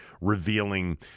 revealing